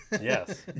Yes